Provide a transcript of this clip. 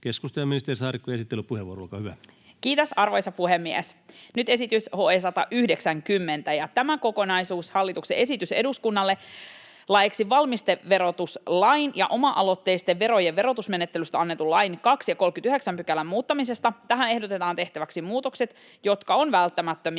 Keskustelu, ministeri Saarikko, esittelypuheenvuoro, olkaa hyvä. Kiitos, arvoisa puhemies! Nyt esitys HE 190, ja tämä kokonaisuus on hallituksen esitys eduskunnalle laeiksi valmisteverotuslain ja oma-aloitteisten verojen verotusmenettelystä annetun lain 2 ja 39 §:n muuttamisesta. Tähän ehdotetaan tehtäväksi muutokset, jotka ovat välttämättömiä